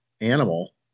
animal